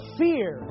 fear